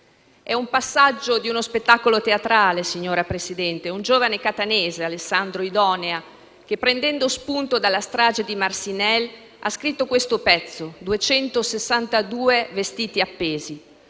di un passaggio di uno spettacolo teatrale di un giovane catanese, Alessandro Idonea che, prendendo spunto dalla strage di Marcinelle, ha scritto questo pezzo: «262 vestiti appesi».